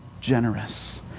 generous